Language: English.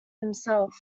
himself